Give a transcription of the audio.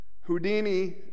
Houdini